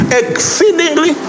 exceedingly